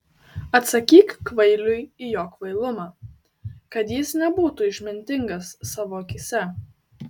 atsakyk kvailiui į jo kvailumą kad jis nebūtų išmintingas savo akyse